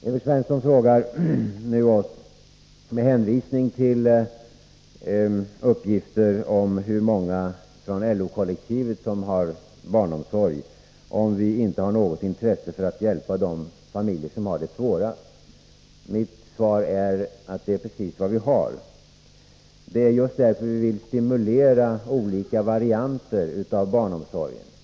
Evert Svensson frågar oss nu, med hänvisning till uppgifter om hur många från LO-kollektivet som har barnomsorg, om vi inte har något intresse av att hjälpa de familjer som har det svårast. Mitt svar är att det är precis vad vi har. Det är just därför vi vill stimulera olika varianter av barnomsorg.